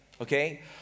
okay